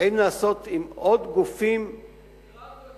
אולי נעשות עם עוד גופים הרוצים,